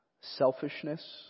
selfishness